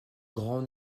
grand